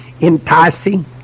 enticing